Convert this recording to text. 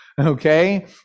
okay